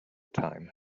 time